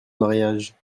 mariage